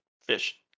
fish